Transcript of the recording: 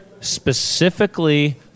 specifically